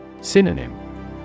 Synonym